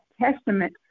testament